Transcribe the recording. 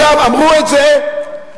כדי, דקה,